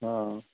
ହଁ